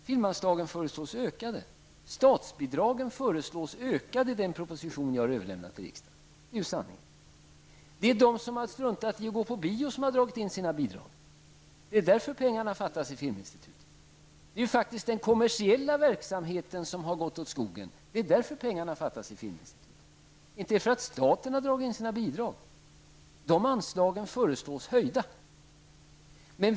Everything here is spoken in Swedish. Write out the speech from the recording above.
Filmanslagen har föreslagits bli ökade. I den proposition som jag har överlämnat till riksdagen föreslås statsbidragen bli ökade. Det är sanningen. Det är de som struntat i att gå på bio som har dragit in sina bidrag, och det är därför det fattas pengar för Filminstitutet. Det är faktiskt den kommersiella verksamheten som har gått åt skogen, och det är därför det fattas pengar i Filminstitutet. Det beror alltså inte på att staten har dragit in några bidrag. Statsbidragen föreslås som sagt bli höjt.